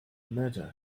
matter